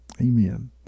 Amen